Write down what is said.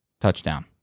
Touchdown